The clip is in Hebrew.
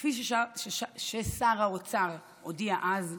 כפי ששר האוצר הודיע אז,